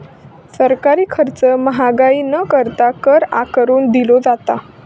सरकारी खर्च महागाई न करता, कर आकारून दिलो जाता